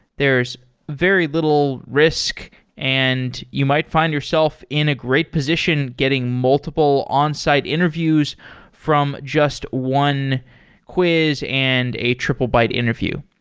there's very little risk and you might find yourself in a great position getting multiple on-site interviews from just one quiz and a triplebyte interview.